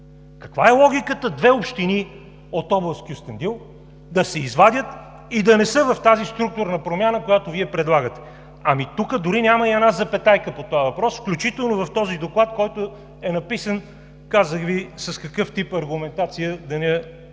Каква е логиката две общини от област Кюстендил да се извадят и да не са в тази структурна промяна, която Вие предлагате?! Ами тук дори няма и една запетайка по този въпрос, включително в този доклад, който е написан – казах Ви с какъв тип аргументация, да не я